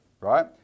right